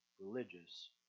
religious